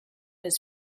his